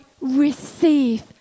receive